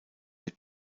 mit